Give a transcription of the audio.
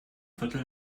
viertel